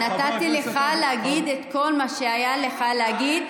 נתתי לך להגיד את כל מה שהיה לך להגיד.